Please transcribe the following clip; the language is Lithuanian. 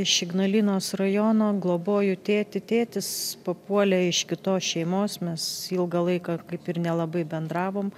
iš ignalinos rajono globoju tėtį tėtis papuolė iš kitos šeimos mes ilgą laiką kaip ir nelabai bendravom